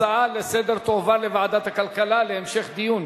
ההצעה לסדר תועבר לוועדת הכלכלה להמשך דיון.